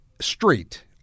Street